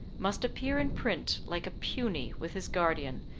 must appear in print like a puny with his guardian,